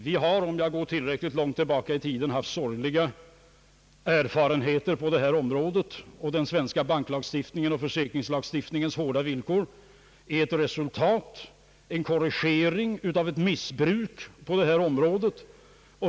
Vi har, om jag går tillräckligt långt tillbaka i tiden, haft sorgliga erfarenheter på detta område, och den svenska banklagstiftningens och försäkringslagstiftningens hårda villkor är resultatet av en korrigering av ett missbruk på detta område.